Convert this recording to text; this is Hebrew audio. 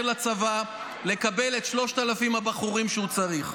לצבא לקבל את 3,000 הבחורים שהוא צריך.